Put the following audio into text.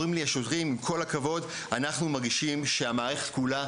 אומרים לי השוטרים: ״אנחנו מרגישים שהמערכת כולה,